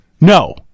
No